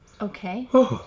Okay